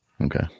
okay